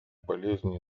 болезней